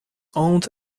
owned